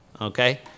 Okay